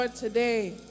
today